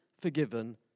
forgiven